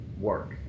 Work